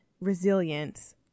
resilience